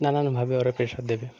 নানানভাবে ওরা প্রেশার দেবে